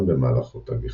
גם במהלך אותה גיחה.